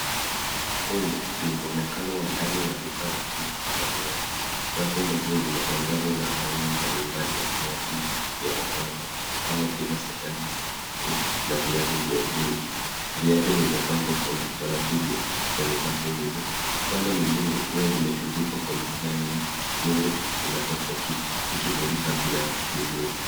Huu ni muonekano wa ndani wa duka la nguo na viatu. Rafu ndefu zimetandazwa na aina mbalimbali ya viatu vya wanawake kama vile, sekandi, puti na viatu virefu, vyote vimepangwa kwa utaratibu kwenye rafu hizi. Upande mwingine, nguo zimetundikwa kwenye kamba, nuru inatoka juu ikimulika bidha vizuri.